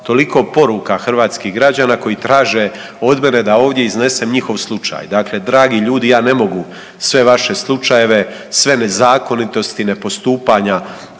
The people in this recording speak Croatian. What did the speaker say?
toliko poruka hrvatskih građana koji traže od mene da ovdje iznesem njihov slučaj. Dakle, dragi ljudi ja ne mogu sve vaše slučajeve, sve nezakonitosti ne postupanja